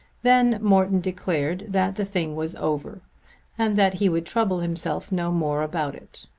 then morton declared that the thing was over and that he would trouble himself no more about it.